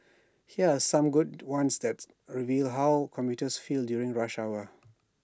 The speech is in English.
here are some good ones that reveal how commuters feel during rush hour